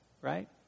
right